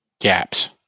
gaps